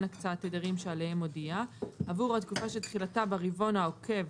הקצאת תדרים שעליהם הודיע עבור עוד תקופה שתחילתה ברבעון העוקב